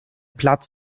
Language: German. platz